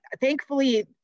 thankfully